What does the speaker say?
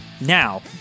Now